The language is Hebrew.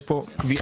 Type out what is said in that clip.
יש פה קביעה.